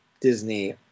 Disney